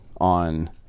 On